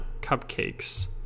cupcakes